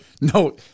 No